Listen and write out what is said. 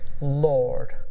Lord